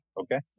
Okay